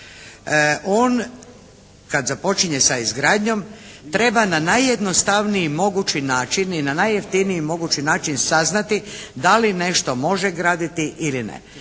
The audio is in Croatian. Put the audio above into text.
On kad započinje sa izgradnjom treba na najednostavniji mogući način i na najjeftiniji mogući način saznati da li nešto može graditi ili ne?